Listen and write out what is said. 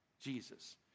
Jesus